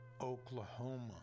Oklahoma